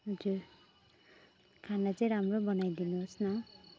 हजुर खाना चाहिँ राम्रो बनाइदिनु होस् न